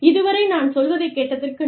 இதுவரை நான் சொல்வதைக் கேட்டதற்கு நன்றி